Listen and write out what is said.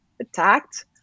attacked